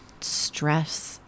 stress